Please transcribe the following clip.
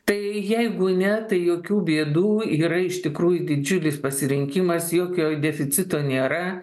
tai jeigu ne tai jokių bėdų yra iš tikrųjų didžiulis pasirinkimas jokio deficito nėra